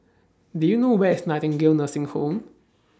Do YOU know Where IS Nightingale Nursing Home